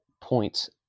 points